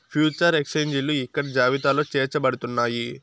future ఎక్స్చేంజిలు ఇక్కడ జాబితాలో చేర్చబడుతున్నాయి